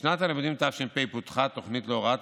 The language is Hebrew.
בשנת הלימודים תש"ף פותחה תוכנית להוראת